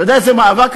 דיברו פה